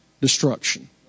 destruction